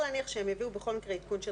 הצבעה בעד התקנות 3